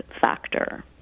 factor